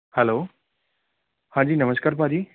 hello ਹਾਂਜੀ ਨਮਸਕਾਰ ਭਾਅ ਜੀ